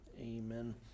amen